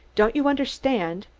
don't you understand?